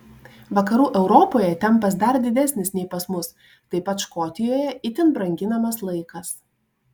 vakarų europoje tempas dar didesnis nei pas mus taip pat škotijoje itin branginamas laikas